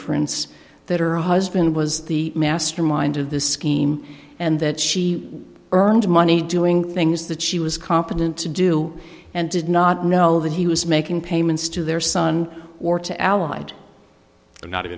inference that her husband was the mastermind of the scheme and that she earned money doing things that she was competent to do and did not know that he was making payments to their son or to allied not